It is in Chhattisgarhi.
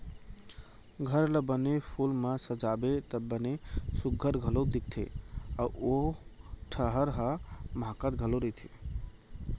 घर ला बने फूल म सजाबे त बने सुग्घर घलौ दिखथे अउ ओ ठहर ह माहकत घलौ रथे